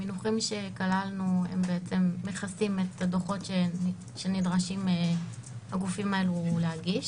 המינוחים שכללנו הם מכסים את הדוחות שנדרשים הגופים האלה להגיש.